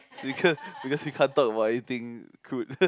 because we can't talk about anything crude